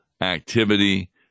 activity